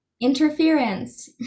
Interference